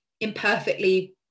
imperfectly